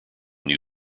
new